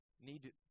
need